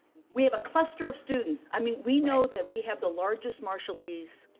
we have a cluster of students. i mean, we know that we have the largest marshallese